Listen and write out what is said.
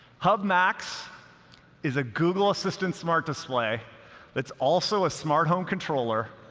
hub max is a google assistant smart display that's also a smart home controller,